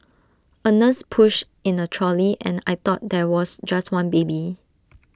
A nurse pushed in A trolley and I thought there was just one baby